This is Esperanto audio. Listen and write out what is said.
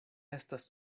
estas